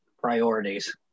priorities